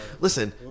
Listen